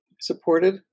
supported